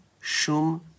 shum